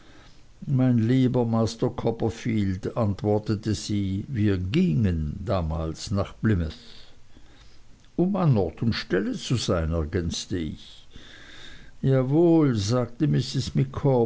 mein lieber master copperfield antwortete sie wir gingen damals nach plymouth um an ort und stelle zu sein ergänzte ich jawohl sagte mrs